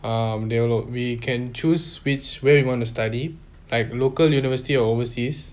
um they will we can choose which where you want to study like local university or overseas